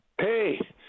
Hey